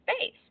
space